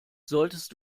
solltest